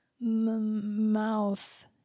Mouth